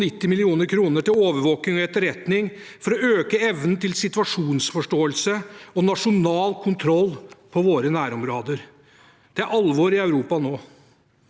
90 mill. kr til overvåking og etterretning for å øke evnen til situasjonsforståelse og nasjonal kontroll i våre nærområder. Det er alvor i Europa nå.